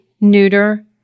neuter